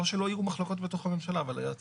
לא שלא היו מחלוקות בתוך הממשלה, אבל היה תיאום.